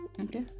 okay